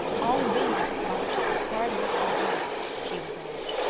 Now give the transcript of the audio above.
i'll win that scholarship if hard work can do it, she resolved.